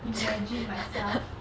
imagine myself